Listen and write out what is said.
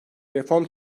reform